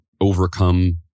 overcome